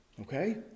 okay